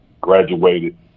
graduated